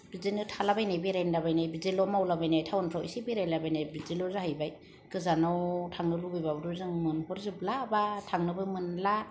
बिदिनो थालाबायनाय बेरायलाबायनाय बिदिल' मावलाबायनाय टाउन फ्राव इसे बेरायलाबायनाय बिदिल' जाहैबाय गोजानाव थांनो लुबैबाबोथ' जों मोनहरजोब्ला बा थांनोबो मोनला